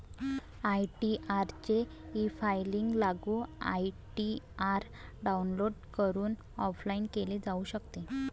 ITR चे efiling लागू ITR download करून ऑफलाइन केले जाऊ शकते